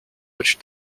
which